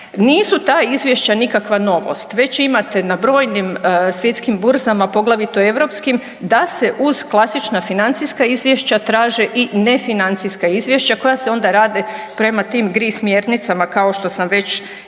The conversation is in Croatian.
Nisu ta izvješća nikakva novost, već imate na brojim svjetskim burzama, poglavito europskim da se uz klasična financijska izvješća traže i ne financijska izvješća koja se onda rade prema tim GRI smjernicama kao što sam već i rekla